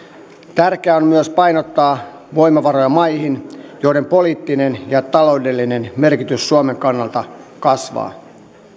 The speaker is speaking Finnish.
tärkeää on myös painottaa voimavaroja maihin joiden poliittinen ja taloudellinen merkitys suomen kannalta kasvaa